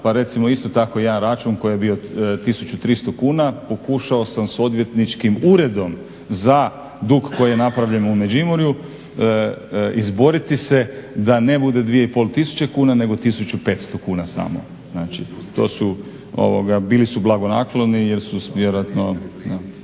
Pa recimo isto tako jedan račun koji je bio 1300 kuna pokušao sam s odvjetničkim uredom za dug koji je napravljen u Međimurju izboriti se da ne bude 2500 kuna nego 1500 kuna samo. Znači, bili su blagonakloni jer su vjerojatno.